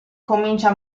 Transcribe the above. comincia